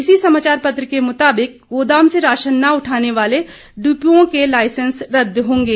इसी समाचार पत्र के मुताबिक गोदाम से राशन न उठाने वाले डिपुओं के लाइसेंस रद्द होंगे